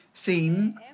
seen